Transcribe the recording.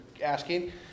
asking